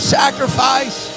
sacrifice